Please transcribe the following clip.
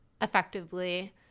effectively